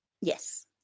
yes